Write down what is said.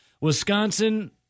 Wisconsin